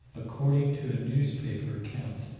according to a newspaper account,